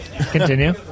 continue